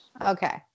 Okay